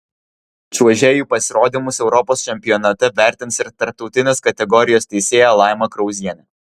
čiuožėjų pasirodymus europos čempionate vertins ir tarptautinės kategorijos teisėja laima krauzienė